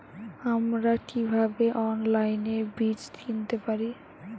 আমরা কীভাবে অনলাইনে বীজ কিনতে পারি?